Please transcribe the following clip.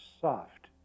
soft